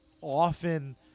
often